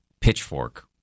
Pitchfork